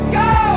go